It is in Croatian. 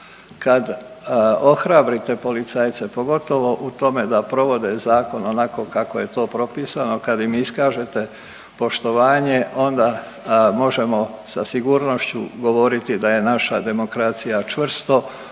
Kad ohrabrite policajca, pogotovo u tome da provode zakon onako kako je to propisano, kad im iskažete poštovanje, onda možemo sa sigurnošću govoriti da je naša demokracija čvrsto